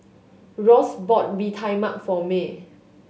Ross bought Bee Tai Mak for Mae